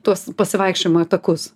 tuos pasivaikščiojimo takus